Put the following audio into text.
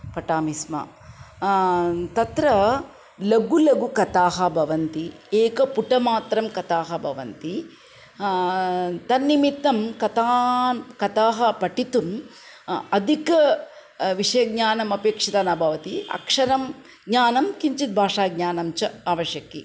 पठामि स्म तत्र लघुः लघुः कथाः भवन्ति एकं पुटमात्रं कथाः भवन्ति तन्निमित्तं कथां कथाः पठितुम् अधिकं विषयज्ञानम् अपेक्षितं न भवति अक्षरं ज्ञानं किञ्चित् भाषाज्ञानम् आवश्यकम्